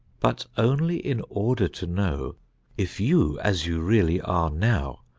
but only in order to know if you, as you really are now,